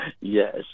Yes